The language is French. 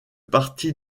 parti